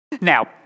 now